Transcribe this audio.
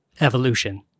evolution